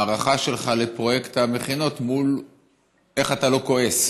ההערכה שלך לפרויקט המכינות מול איך אתה לא כועס